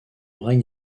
règne